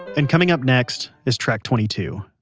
and coming up next is track twenty two